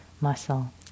muscle